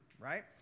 right